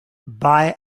buy